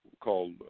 called